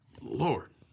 Lord